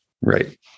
Right